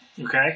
Okay